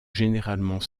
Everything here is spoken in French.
généralement